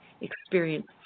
experience